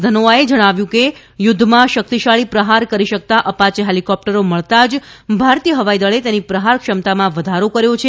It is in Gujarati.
ધનોઆએ જણાવ્યું હતું કે યુધ્ધમાં શરેક્તશાળી પ્રહાર કરી શકતા અપાચે હેલીકોપ્ટરો મળતાં જ ભારતીય હવાઇદળે તેની પ્રહાર ક્ષમતામાં વધારો કર્યો છે